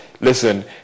listen